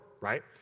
right